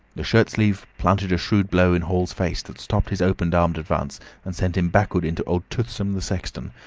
the shirt-sleeve planted a shrewd blow in hall's face that stopped his open-armed advance, and sent him backward into old toothsome the sexton,